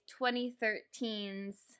2013's